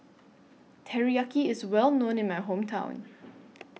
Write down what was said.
Teriyaki IS Well known in My Hometown